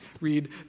Read